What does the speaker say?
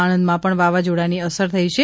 આણંદમાં પણ વાવાઝોડાની અસર થઈ છે